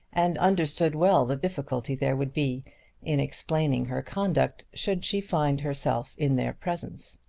and understood well the difficulty there would be in explaining her conduct should she find herself in their presence.